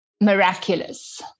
miraculous